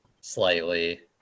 slightly